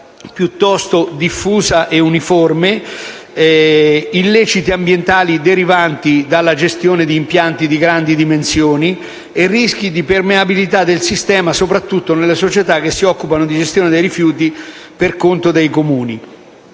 piuttosto diffusa e uniforme, gli illeciti ambientali derivanti dalla gestione di impianti di grandi dimensioni e i rischi di permeabilità del sistema, soprattutto nelle società che si occupano di gestione dei rifiuti per conto dei Comuni.